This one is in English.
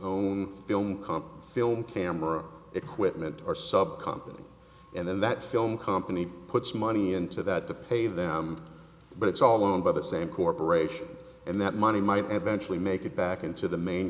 own film comp film camera equipment or sub company and then that film company puts money into that to pay them but it's all owned by the same corporation and that money might eventually make it back into the main